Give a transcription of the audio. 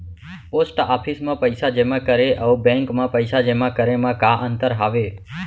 post office मा पइसा जेमा करे अऊ बैंक मा पइसा जेमा करे मा का अंतर हावे